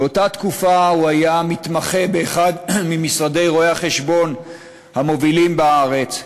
באותה תקופה הוא היה מתמחה באחד ממשרדי רואי-החשבון המובילים בארץ,